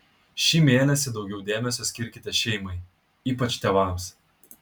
šį mėnesį daugiau dėmesio skirkite šeimai ypač tėvams